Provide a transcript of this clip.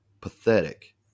pathetic